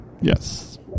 Yes